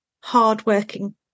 hardworking